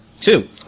Two